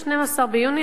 12 ביוני,